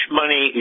money